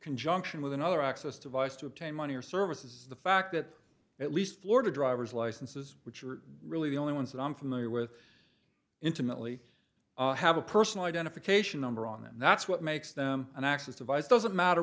conjunction with another access device to obtain money or services the fact that at least florida driver's licenses which are really the only ones that i'm familiar with intimately have a personal identification number on and that's what makes them an access device doesn't matter